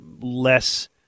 less –